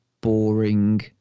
boring